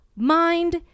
mind